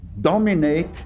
dominate